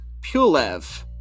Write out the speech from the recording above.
Pulev